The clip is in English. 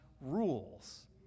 rules